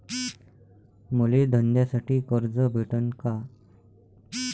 मले धंद्यासाठी कर्ज भेटन का?